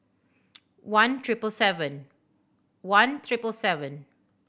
one triple seven one triple seven